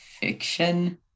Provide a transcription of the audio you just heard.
Fiction